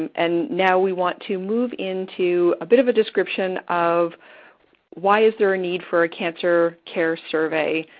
and now, we want to move into a bit of a description of why is there a need for a cancer care survey?